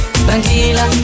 Tranquila